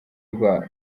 rwabo